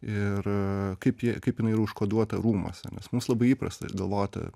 ir kaip ji kaip jinai yra užkoduota rūmuose nes mus labai įprasta galvoti